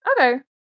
Okay